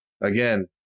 again